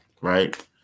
right